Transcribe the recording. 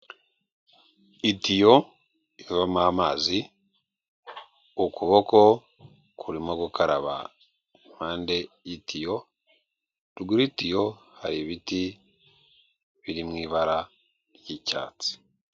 Itiyo ivamo amazi, ukuboko kurimo gukaraba impande y'itiyo, ruguru y'itiyo, hari ibiti biri mu ibara ry'icyatsi.